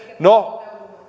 no